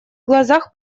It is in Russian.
глазах